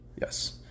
yes